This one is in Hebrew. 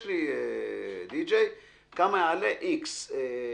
יש לי די-ג'י, וזה יעלה X שקלים."